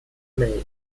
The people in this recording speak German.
made